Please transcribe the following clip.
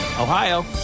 Ohio